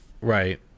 Right